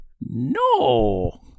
No